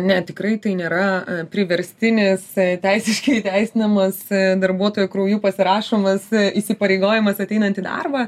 ne tikrai tai nėra priverstinis teisiškai įteisinamas darbuotojo krauju pasirašomas įsipareigojimas ateinant į darbą